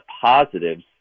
positives